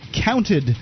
counted